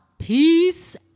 Peace